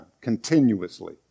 continuously